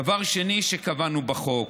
דבר שני שקבענו בחוק,